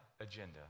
agenda